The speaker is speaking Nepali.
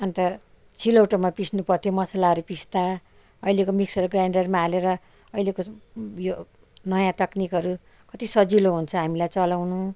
अन्त सिलौटोमा पिस्नु पर्थ्यो मसालाहरू पिस्दा अहिलेको मिक्सर ग्राइन्डरमा हालेर अहिलेको यो नयाँ तकनिकहरू कति सजिलो हुन्छ हामीलाई चलाउनु